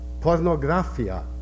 Pornografia